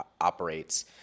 operates